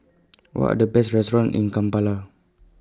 What Are The Best restaurants in Kampala